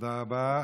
תודה רבה.